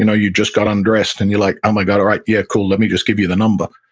you know you just got undressed, and you're like, oh my god, all right. yeah, cool. let me just give you the number,